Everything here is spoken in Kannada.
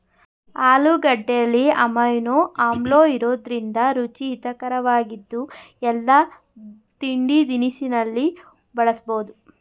ಆಲೂಗೆಡ್ಡೆಲಿ ಅಮೈನೋ ಆಮ್ಲಇರೋದ್ರಿಂದ ರುಚಿ ಹಿತರಕವಾಗಿದ್ದು ಎಲ್ಲಾ ತಿಂಡಿತಿನಿಸಲ್ಲಿ ಬಳಸ್ಬೋದು